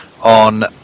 On